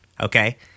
Okay